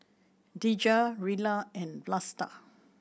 Dejah Rilla and Vlasta